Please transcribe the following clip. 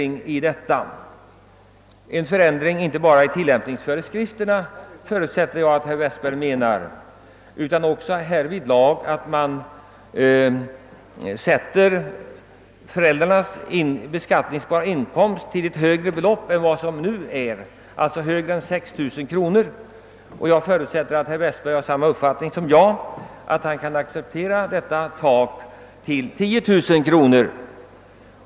Jag förutsätter att herr Westberg inte avser endast tillämpningsföreskrifterna, utan också menar att gränsen när det gäller föräldrarnas beskattningsbara inkomst bör sättas högre än vad som nu gäller — alltså högre än 6 000 kronor. Jag hoppas att herr Westberg har samma uppfattning som jag och kan acceptera att taket sättes till 10 000 kronor.